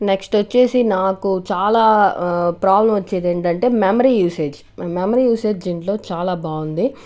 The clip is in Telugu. నెక్స్ట్ వచ్చేసి నాకు చాలా ప్రాబ్లెమ్ వచ్చేది ఏమిటంటే మెమరీ యూసేజ్ మెమరీ యూసేజ్ దీంట్లో చాలా బాగుంది